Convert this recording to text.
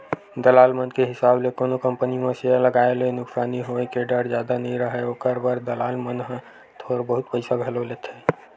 दलाल मन के हिसाब ले कोनो कंपनी म सेयर लगाए ले नुकसानी होय के डर जादा नइ राहय, ओखर बर दलाल मन ह थोर बहुत पइसा घलो लेथें